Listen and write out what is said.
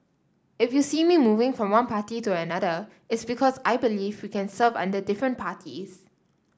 if you see me moving from one party to another it's because I believe we can serve under different parties